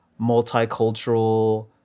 multicultural